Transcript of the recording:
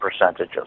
percentages